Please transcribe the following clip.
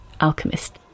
alchemist